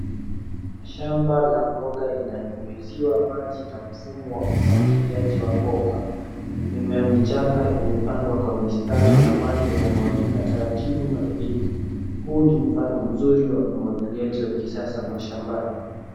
Shamba la mboga linanyunyiziwa maji na mfumo wa umwagiliaji wa bomba. Mimea mchanga imepandwa kwa mistari na maji inamwagika taratibu ardhini. Huu ni mfano mzuri wa umwagiliaji wa kisasa mashambani.